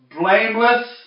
blameless